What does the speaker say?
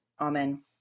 Amen